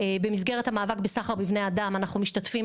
במסגרת המאבק בסחר בבני אדם אנחנו משתתפים